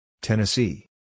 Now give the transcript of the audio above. Tennessee